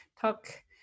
talk